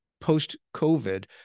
post-COVID